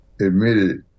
admitted